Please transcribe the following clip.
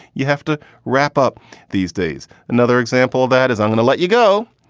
you have to wrap up these days. another example that is i'm going to let you go.